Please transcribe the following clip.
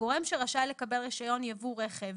הגורם שרשאי לקבל רישיון ייבוא רכב